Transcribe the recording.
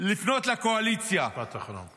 לפנות לקואליציה --- משפט אחרון.